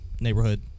neighborhood